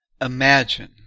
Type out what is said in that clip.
Imagine